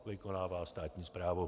Vykonává státní správu.